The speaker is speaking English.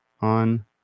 on